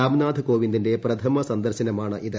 രാംനാഥ് കോവിന്ദിന്റെ പ്രഥമ സന്ദർശനമാണിത്